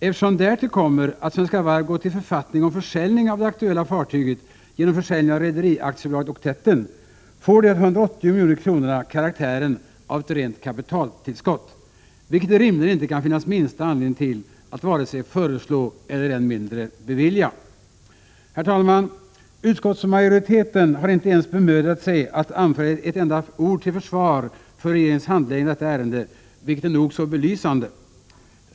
Eftersom därtill kommer, att Svenska Varv gått i författning om försäljning av det aktuella fartyget genom försäljning av Rederi AB Oktetten, får de 180 miljonerna karaktären av ett rent kapitaltillskott, vilket det rimligen inte kan finnas minsta anledning till att vare sig föreslå eller än mindre bevilja. Herr talman! Utskottsmajoriteten har inte ens bemödat sig om att anföra ett enda ord till försvar för regeringens handläggning av detta ärende, vilket är nog så belysande.